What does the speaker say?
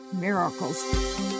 miracles